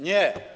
Nie.